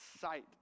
sight